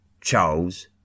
Charles